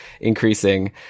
increasing